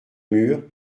mur